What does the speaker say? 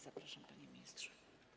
Zapraszam, panie ministrze.